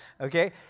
okay